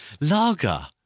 Lager